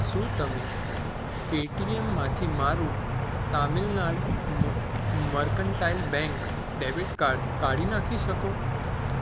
શું તમે પેટીએમમાંથી મારું Tamilnad Mercantile Bank debit card કાઢી નાખી શકો